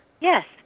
yes